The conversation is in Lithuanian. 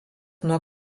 nuo